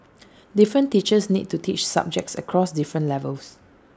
different teachers need to teach subjects across different levels